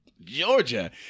Georgia